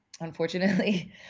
unfortunately